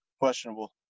questionable